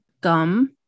Gum